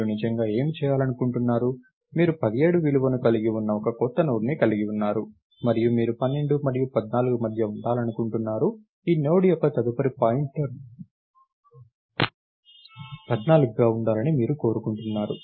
మీరు నిజంగా ఏమి చేయాలనుకుంటున్నారు మీరు 17 విలువను కలిగి ఉన్న కొత్త నోడ్ని కలిగి ఉన్నారు మరియు మీరు 12 మరియు 14 మధ్య ఉండాలనుకుంటున్నారు ఈ నోడ్ యొక్క తదుపరి పాయింటర్ 14గా ఉండాలని మీరు కోరుకుంటున్నారు